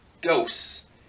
Ghosts